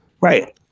Right